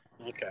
Okay